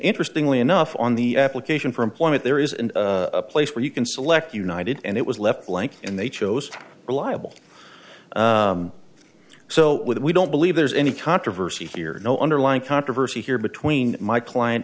interestingly enough on the application for employment there is a place where you can select united and it was left blank and they chose to reliable so with we don't believe there's any controversy here no underlying controversy here between my client